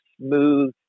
smooth